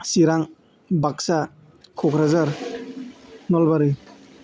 Chirang Baksa Kokrajhar Nalbari